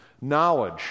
Knowledge